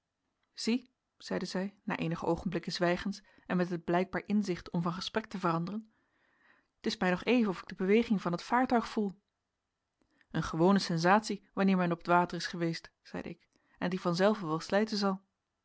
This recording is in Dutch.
zie zeide zij na eenige oogenblikken zwijgens en met het blijkbaar inzicht om van gesprek te veranderen t is mij nog even of ik de beweging van het vaartuig voel een gewone sensatie wanneer men op het water is geweest zeide ik en die van zelve wel slijten zal